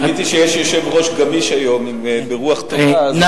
גיליתי שיש יושב-ראש גמיש היום, ברוח טובה, אז